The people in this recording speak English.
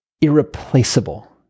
irreplaceable